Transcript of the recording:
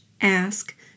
ask